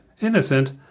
innocent